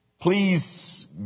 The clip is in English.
Please